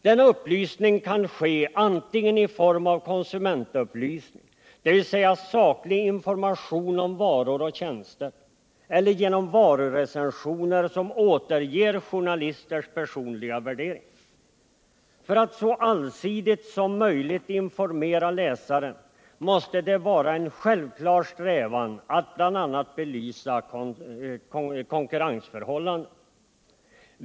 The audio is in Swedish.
Denna upplysning kan ske antingen i form av konsumentupplysning, dvs. statlig information om varor och tjänster, eller genom varurecensioner som återger journalisters personliga värdering. För att så allsidigt som möjligt informera läsaren måste det vara en självklar strävan att bl.a. belysa konkurrensförhållanden.